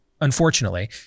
unfortunately